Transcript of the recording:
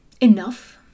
enough